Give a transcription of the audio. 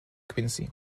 quincy